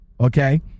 okay